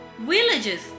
villages